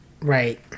Right